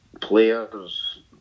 players